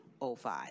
05